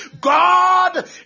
God